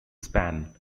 span